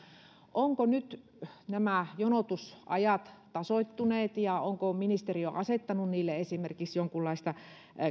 ovatko nyt nämä jonotusajat tasoittuneet ja onko ministeriö asettanut niille esimerkiksi jonkunlaista